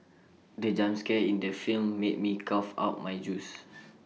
the jump scare in the film made me cough out my juice